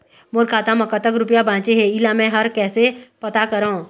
मोर खाता म कतक रुपया बांचे हे, इला मैं हर कैसे पता करों?